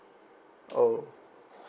oh